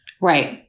Right